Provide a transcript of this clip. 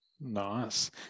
Nice